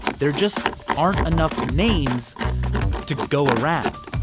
they're just aren't enough names to go around.